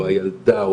או הילדה,